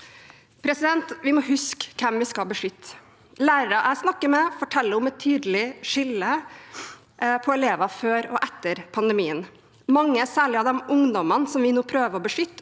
langt. Vi må huske hvem vi skal beskytte. Lærere jeg snakker med, forteller om et tydelig skille på elevene før og etter pandemien. Mange, særlig blant de ungdommene som vi nå prøver å beskytte,